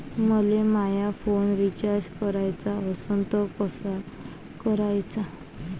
मले माया phone recharge कराचा असन तर कसा कराचा?